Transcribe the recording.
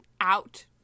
out